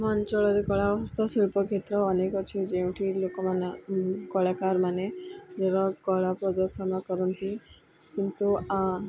ଆମ ଅଞ୍ଚଳରେ କଳା ହସ୍ତଶିଳ୍ପ କ୍ଷେତ୍ର ଅନେକ ଅଛି ଯେଉଁଠି ଲୋକମାନେ କଳାକାରମାନେର କଳା ପ୍ରଦର୍ଶନ କରନ୍ତି କିନ୍ତୁ